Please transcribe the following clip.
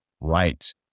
right